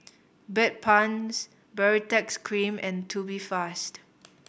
Bedpans Baritex Cream and Tubifast